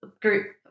group